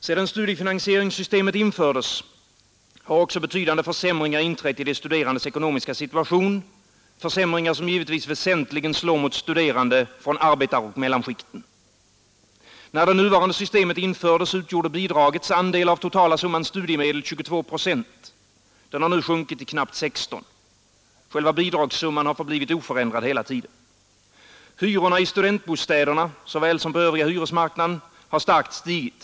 Sedan studiefinansieringssystemet infördes har också betydande för sämringar inträtt i de studerandes ekonomiska situation, försämringar som givetvis väsentligen slår mot studerande från arbetaroch mellanskik Onsdagen den ten. När det nuvarande systemet infördes utgjorde bidragets andel av 22 november 1972 totala summan studiemedel 22 procent. Den har nu sjunkit till knappt 16 ———— procent. Bidragssumman har förblivit oförändrad hela tiden. Hyrorna i Återbetalning av studentbostäderna såväl som på övriga hyresmarknaden har starkt stigit.